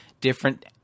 different